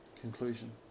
Conclusion